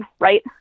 right